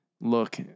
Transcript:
look